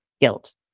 guilt